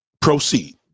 proceed